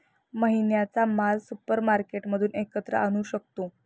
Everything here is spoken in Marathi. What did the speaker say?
महिन्याचा माल सुपरमार्केटमधून एकत्र आणू शकतो